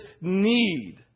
need